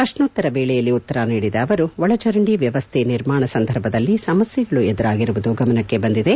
ಪ್ರಕೋತ್ತರ ವೇಳೆಯಲ್ಲಿ ಉತ್ತರ ನೀಡಿದ ಅವರು ಒಳಚರಂಡಿ ವ್ಯವಸ್ಥೆ ನಿರ್ಮಾಣ ಸಂದರ್ಭದಲ್ಲಿ ಸಮಸ್ಥೆಗಳು ಎದುರಾಗಿರುವುದು ಗಮನಕ್ಕೆ ಬಂದಿದೆ